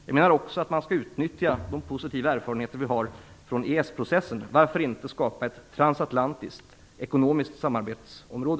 Jag menar också att man skall utnyttja de positiva erfarenheter vi har av EES-processen. Varför inte skapa ett transatlantiskt ekonomiskt samarbetsområde?